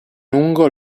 lungo